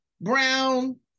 brown